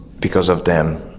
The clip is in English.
because of them